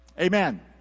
Amen